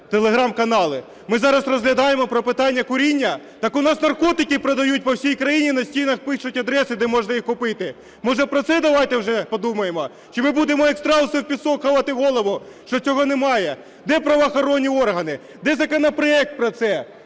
телеграм-канали. Ми зараз розглядаємо про питання куріння – так у нас наркотики продають по всій країні, на стінах пишуть адреси, де можна їх купити. Може, про це давайте вже подумаємо, чи ми будемо, як страуси, в пісок ховати голову, що цього немає? Де правоохоронні органи, де законопроект про це?